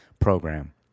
program